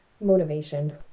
motivation